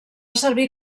servir